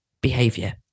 behavior